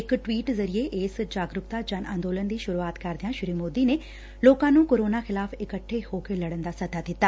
ਇਕ ਟਵੀਟ ਜ਼ਰੀਏ ਇਸ ਜਾਗਰੂਕਤਾ ਜਨ ਅੰਦੋਲਨ ਦੀ ਸ਼ੁਰੂਆਤ ਕਰਦਿਆਂ ਸ੍ਰੀ ਮੋਦੀ ਨੇ ਲੋਕਾਂ ਨੂੰ ਕੋਰੋਨਾ ਖਿਲਾਫ਼ ਇਕੱਠੇ ਹੋ ਕੇ ਲੜਨ ਦਾ ਸੱਦਾ ਦਿੱਤਾ